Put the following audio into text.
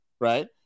right